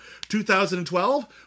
2012